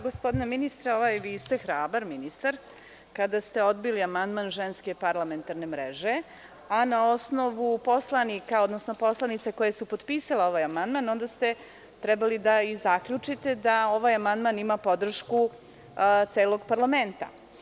Gospodine ministre, vi ste hrabar ministar kada ste odbili amandman Ženske parlamentarne mreže, a na osnovu poslanica koje su potpisale ovaj amandman, onda ste trebali da i zaključite da ovaj amandman ima podršku celog parlamenta.